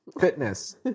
Fitness